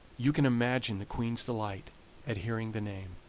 you can imagine the queen's delight at hearing the name,